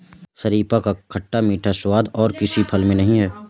शरीफा का खट्टा मीठा स्वाद और किसी फल में नही है